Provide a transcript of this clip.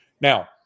Now